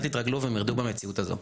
אל תתרגלו והם מרדו במציאות הזו.